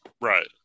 Right